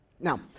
Now